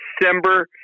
December